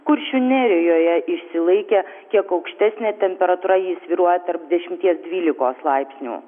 kuršių nerijoje išsilaikė kiek aukštesnė temperatūra ji svyruoja tarp dešimties dvylikos laipsnių